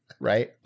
right